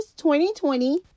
2020